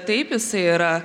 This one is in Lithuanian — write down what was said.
taip jisai yra